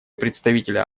представителя